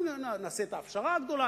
אנחנו נעשה את ההפשרה הגדולה,